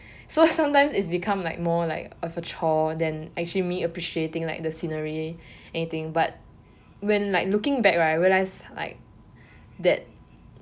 so sometimes it's become like more like of a chore actually me appreciating like the scenery anything but when like looking back right realise like that